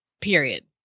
period